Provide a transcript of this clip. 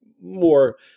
more